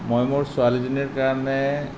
মই মোৰ ছোৱালীজনীৰ কাৰণে